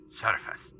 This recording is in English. surface